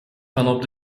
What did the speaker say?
vanop